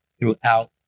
throughout